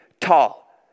tall